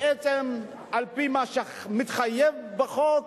בעצם על-פי מה שמתחייב בחוק,